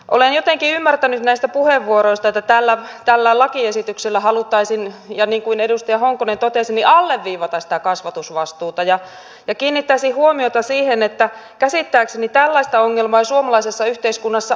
olen jotenkin ymmärtänyt näistä puheenvuoroista että tällä lakiesityksellä haluttaisiin niin kuin edustaja honkonen totesi alleviivata sitä kasvatusvastuuta ja kiinnittäisin huomiota siihen että käsittääkseni tällaista ongelmaa ei suomalaisessa yhteiskunnassa ole